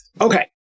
Okay